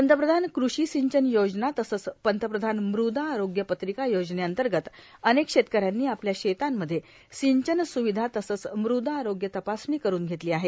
पंतप्रधान कृषी सिंचन योजना तसंच पंतप्रधान मृदा आरोग्य पत्रिका योजनेअंतर्गत अनेक शेतकऱ्यांनी आपल्या शेतांमध्ये सिंचनसूविधा तसंच मृदा आरोग्य तपासणी करून घेतली आहे